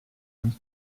and